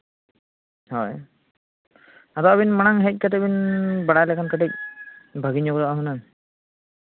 ᱦᱳᱭ ᱟᱫᱚ ᱟᱹᱵᱤᱱ ᱢᱟᱲᱟᱝ ᱦᱮᱡ ᱠᱟᱛᱮᱫ ᱵᱤᱱ ᱵᱟᱲᱟᱭ ᱞᱮᱠᱷᱟᱱ ᱠᱟᱹᱴᱤᱡ ᱵᱷᱟᱹᱜᱤ ᱧᱚᱜᱚᱜᱼᱟ ᱦᱩᱱᱟᱹᱝ